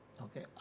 Okay